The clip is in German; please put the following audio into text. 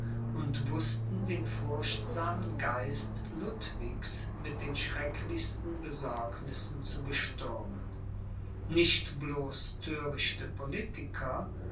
und wußten den furchtsamen geist ludwigs mit den schrecklichsten besorgnissen zu bestürmen nicht bloß thörichte politiker